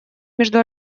между